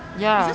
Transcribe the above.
ya